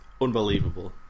unbelievable